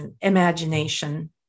imagination